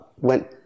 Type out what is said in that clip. went